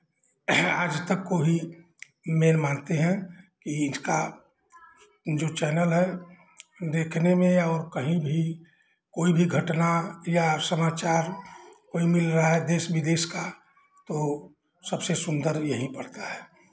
आजतक को ही मेन मानते हैं इसका जो चैनल है देखने में और कहीं भी कोई भी घटना या समाचार कोई मिल रहा है देश विदेश का तो सबसे सुंदर यही पड़ता है